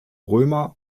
römer